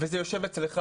וזה יושב אצלך.